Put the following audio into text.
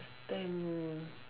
last time